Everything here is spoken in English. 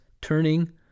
turning